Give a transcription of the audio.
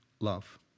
love